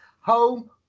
home